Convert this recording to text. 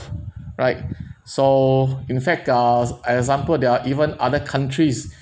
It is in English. right so in fact uh I have example there are even other countries